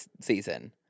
season